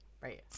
right